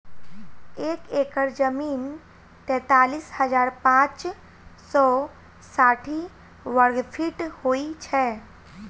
एक एकड़ जमीन तैँतालिस हजार पाँच सौ साठि वर्गफीट होइ छै